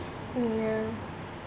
uh ya